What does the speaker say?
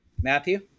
matthew